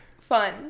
fun